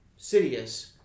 Sidious